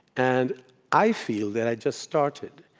and i feel that i just started.